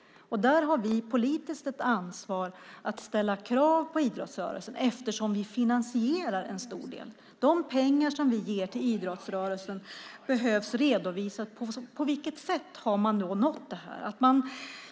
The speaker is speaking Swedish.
Vi har politiskt ett ansvar att ställa krav på idrottsrörelsen, eftersom vi finansierar en stor del av den. Vi behöver få en redovisning av vad de pengar som vi ger till idrottsrörelsen resulterar i.